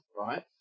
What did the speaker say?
Right